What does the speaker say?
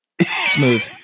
smooth